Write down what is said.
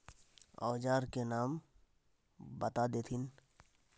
औजार के नाम बता देथिन?